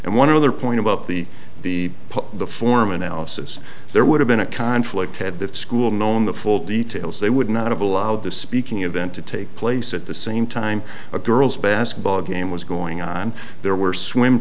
and one other point about the the the form analysis there would have been a conflict had the school known the full details they would not have allowed the speaking event to take place at the same time a girls basketball game was going on there were swim